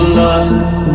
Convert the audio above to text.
love